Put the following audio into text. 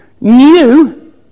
New